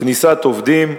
כניסת עובדים,